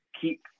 keep